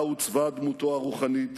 בה עוצבה דמותו הרוחנית,